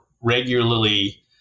regularly